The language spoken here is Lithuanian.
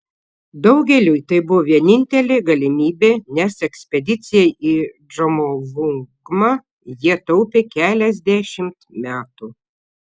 daugeliui tai buvo vienintelė galimybė nes ekspedicijai į džomolungmą jie taupė keliasdešimt metų